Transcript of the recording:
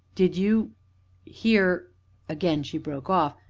did you hear again she broke off,